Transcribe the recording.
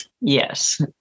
Yes